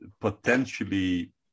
potentially